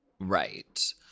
Right